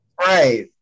Right